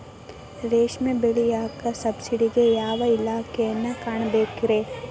ರೇಷ್ಮಿ ಬೆಳಿಯಾಕ ಸಬ್ಸಿಡಿಗೆ ಯಾವ ಇಲಾಖೆನ ಕಾಣಬೇಕ್ರೇ?